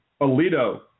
Alito